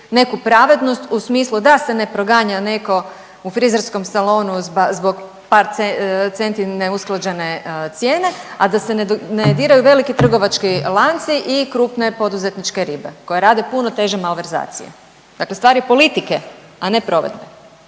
neku pravednost u smislu da se ne proganja neko u frizerskom salonu zbog par centi neusklađene cijene, a da se ne diraju veliki trgovački lanci i krupne poduzetničke ribe koje rade puno teže malverzacije. Dakle, stvar je politike, a ne provedbe.